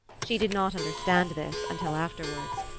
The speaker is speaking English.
she did not understand this until afterwards.